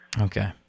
Okay